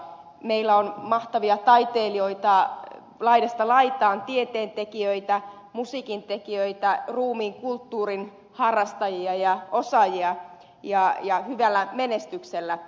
meillä on mahtavia taiteilijoita laidasta laitaan tieteentekijöitä musiikintekijöitä ruumiinkulttuurin harrastajia ja osaajia hyvällä menestyksellä